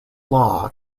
law